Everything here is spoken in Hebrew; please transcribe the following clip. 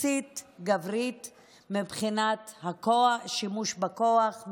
גבריים טיפוסיים מבחינת השימוש בכוח,